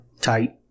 tight